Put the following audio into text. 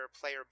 player